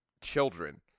children